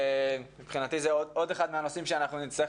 מבחינתי זה עוד אחד מהנושאים שנצטרך